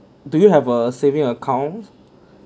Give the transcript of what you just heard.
do you a have a saving account